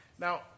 Now